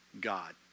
God